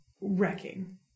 wrecking